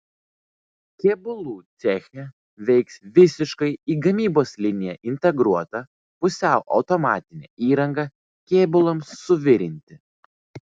kėbulų ceche veiks visiškai į gamybos liniją integruota pusiau automatinė įranga kėbulams suvirinti